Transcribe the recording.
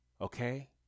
Okay